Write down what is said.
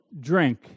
drink